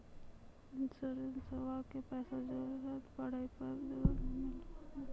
इंश्योरेंसबा के पैसा जरूरत पड़े पे तुरंत मिल सकनी?